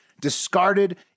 discarded